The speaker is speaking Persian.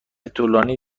طولانی